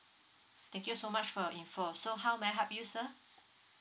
thank you so much for your info so how may I help you sir